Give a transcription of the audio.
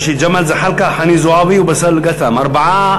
ג'מאל זחאלקה, חנין זועבי ובאסל גטאס, ארבעה.